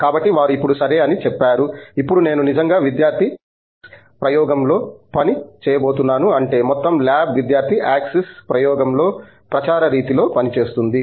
కాబట్టి వారు ఇప్పుడు సరే అని చెప్పారు ఇప్పుడు నేను నిజంగా విద్యార్థి ఆక్సిస్ ప్రయోగంలో పని చేయబోతున్నాను అంటే మొత్తం ల్యాబ్ విద్యార్థి ఆక్సిస్ ప్రయోగంలో ప్రచార రీతిలో పనిచేస్తుంది